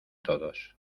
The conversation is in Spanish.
todos